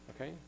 Okay